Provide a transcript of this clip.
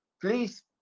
please